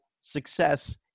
success